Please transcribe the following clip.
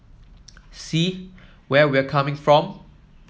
see where we're coming from